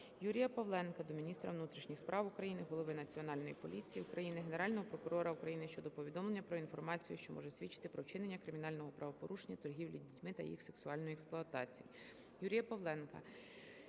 Юрія Павленка до міністра внутрішніх справ України, голови Національної поліції України, Генерального прокурора України щодо повідомлення про інформацію, що може свідчити про вчинення кримінального правопорушення торгівлі дітьми та їх сексуальної експлуатації.